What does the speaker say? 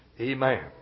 Amen